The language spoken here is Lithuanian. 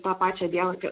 tą pačią dieną